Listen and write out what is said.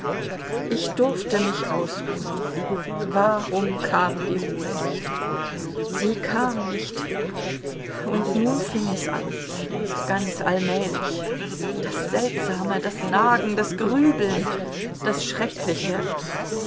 ich durfte mich ausruhen warum kam die ruhe nicht sie kam nicht und nun fing es an ganz allmählich das seltsame das nagen das grübeln das schreckliche